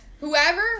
Whoever